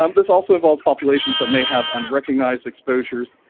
um this also involves populations that may have unrecognized exposures